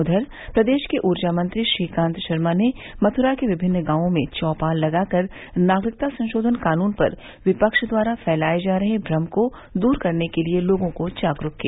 उधर प्रदेश के ऊर्जा मंत्री श्रीकांत शर्मा ने मथुरा के विभिन्न गांवों में चौपाल लगाकर नागरिकता संशोधन कानून पर विपक्ष द्वारा फैलाए जा रहे भ्रम को दूर करने के लिये लोगों को जागरूक किया